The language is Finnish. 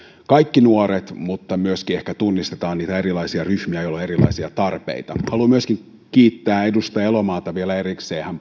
kaikki nuoret mutta myöskin ehkä tunnistetaan niitä erilaisia ryhmiä joilla on erilaisia tarpeita haluan myöskin kiittää edustaja elomaata vielä erikseen hän